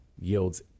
yields